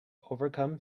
overcome